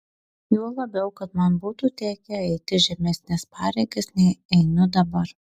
juo labiau kad man būtų tekę eiti žemesnes pareigas nei einu dabar